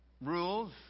rules